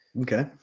Okay